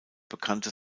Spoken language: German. bekannte